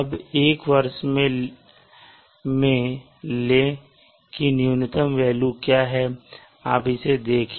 अब एक वर्ष में लें कि न्यूनतम वेल्यू क्या है आप इसे देखें